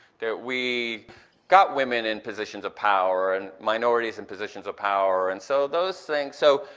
that we got women in positions of power, and minorities in positions of power, and so those things, so,